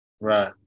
Right